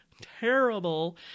terrible